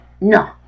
No